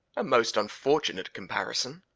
a most unfortunate comparison!